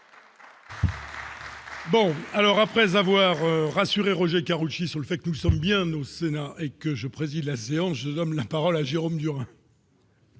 Bon alors, après avoir. Sur et Roger Karoutchi sur le fait que nous sommes bien au Sénat et que je préside la séance de l'homme, la parole à Jérôme Durand.